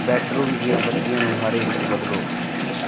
bedroom ਦੀਆਂ ਬੱਤੀਆਂ ਨੂੰ ਹਰੇ ਵਿੱਚ ਬਦਲੋ